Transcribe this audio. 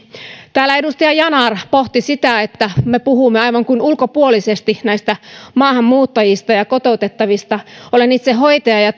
täällä edustaja yanar pohti sitä että me puhumme aivan kuin ulkopuolisesti näistä maahanmuuttajista ja kotoutettavista olen itse hoitaja ja